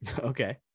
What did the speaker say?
okay